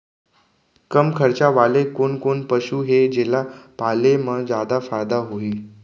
कम खरचा वाले कोन कोन पसु हे जेला पाले म जादा फायदा होही?